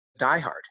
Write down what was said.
diehard